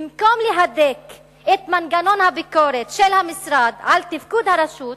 במקום להדק את מנגנון הביקורת של המשרד על תפקוד הרשות,